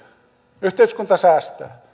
yhteiskunta säästää